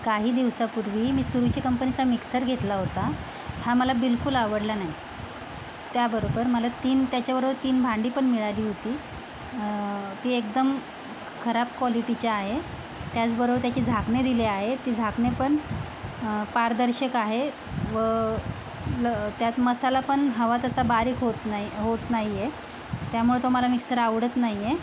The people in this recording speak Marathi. काही दिवसांपूर्वी मी सुमिती कंपनीचा मिक्सर घेतला होता हा मला बिलकुल आवडला नाय त्याबरोबर मला तीन त्याच्याबरोबर तीन भांडी पण मिळाली होती ती एकदम खराब क्वॉलिटीचे आहे त्याचबरोबर त्याचे झाकणे दिले आहे ती झाकणे पण पारदर्शक आहे व ल त्यात मसाला पण हवा तसा बारीक होत नाही होत नाही आहे त्यामुळे तो मला मिक्सर आवडत नाही आहे